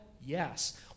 Yes